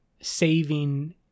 saving